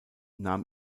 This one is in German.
nahm